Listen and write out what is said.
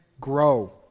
grow